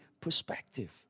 perspective